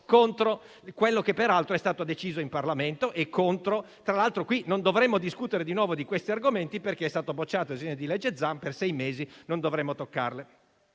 contro quello che peraltro è stato deciso in Parlamento: tra l'altro, qui non dovremmo discutere di nuovo di questi argomenti perché, essendo stato bocciato il disegno di legge Zan, per sei mesi non dovremmo toccarli.